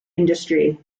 industry